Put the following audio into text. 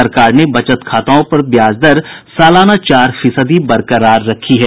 सरकार ने बचत खाताओं पर ब्याज दर सालाना चार फीसदी बरकरार रखी है